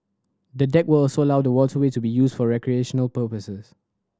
the deck will also allow the waterway to be used for recreational purposes